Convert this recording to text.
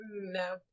No